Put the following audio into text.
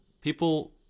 people